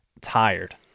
tired